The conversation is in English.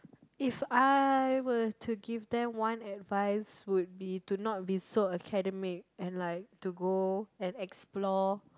if I were to give them one advise would be do not be so academic and like to go and explore